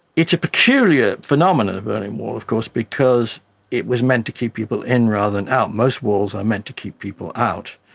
it's a peculiar phenomenon, the berlin wall of course because it was meant to keep people in rather than out. most walls are meant to keep people out.